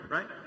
Right